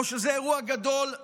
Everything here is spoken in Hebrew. או שזה אירוע גדול,